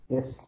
Yes